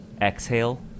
exhale